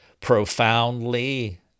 profoundly